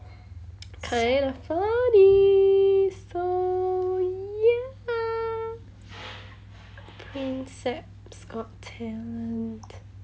kinda funny so ya prinsep's got talent